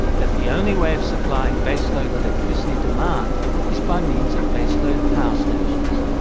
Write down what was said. that the only way of supplying base-load electricity demand is by means of base-load power stations,